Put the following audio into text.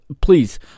please